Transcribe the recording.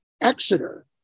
Exeter